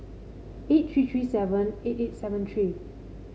eight three three seven eight eight seven three